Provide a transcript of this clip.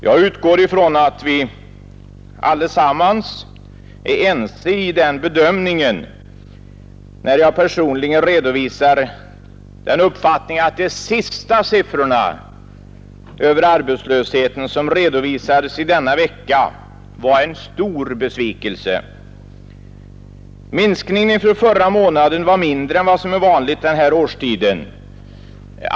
Jag utgår ifrån att vi allesammans är ense i den bedömningen, när jag personligen redovisar den uppfattningen att de senaste siffrorna över arbetslösheten, som redovisades i denna vecka, var en stor besvikelse. Minskningen från förra månaden var mindre än vad som är vanligt för den här årstiden.